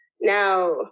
Now